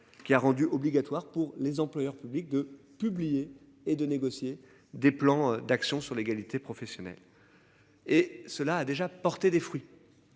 qui a rendu obligatoire pour les employeurs publics de publier et de négocier des plans d'action sur l'égalité professionnelle. Et cela a déjà porté des fruits.